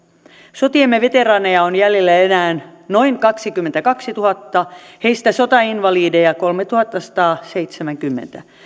sotiemme veteraaneja on jäljellä enää noin kaksikymmentäkaksituhatta heistä sotainvalideja kolmetuhattasataseitsemänkymmentä